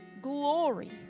glory